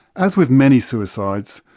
as with many suicides,